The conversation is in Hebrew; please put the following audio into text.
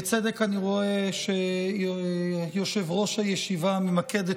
בצדק אני רואה שיושב-ראש הישיבה ממקד את